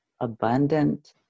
abundant